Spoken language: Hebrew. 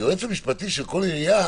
היועץ המשפטי של כל עירייה